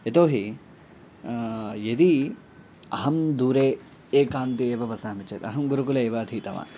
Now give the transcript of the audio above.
यतो हि यदि अहं दूरे एकान्ते एव वसामि चेत् अहं गुरुकुले एव अधीतवान्